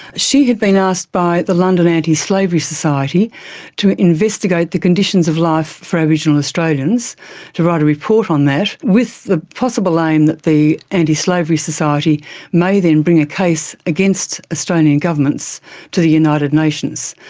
she had been asked by the london antislavery society to investigate the conditions of life for aboriginal australians to write a report on that, with the possible aim that the antislavery society may then bring a case against australian governments to the united nations.